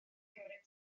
cymryd